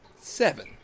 seven